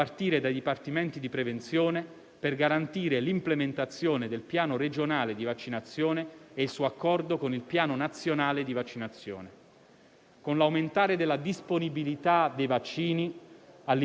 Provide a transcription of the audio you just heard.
Con l'aumentare della disponibilità dei vaccini, a livello territoriale potranno essere realizzate campagne su larga scala, *walk-in* per la popolazione, presso centri vaccinali organizzati